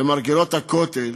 למרגלות הכותל,